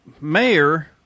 Mayor